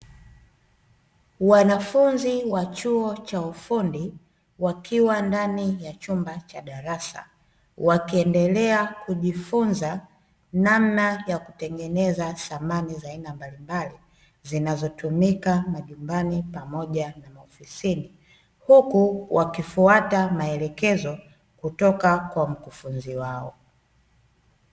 Wanafunzi wa chuo cha ufundi wakiwa ndani ya chumba cha darasa, wakiendelea kujifunza namna ya kutengeneza samani za aina mbalimbali zinazotumika majumbani pamoja na maofisini, huku wakifuata maelekezo kutoka kwa mkufunzi wao.